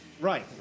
Right